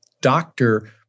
doctor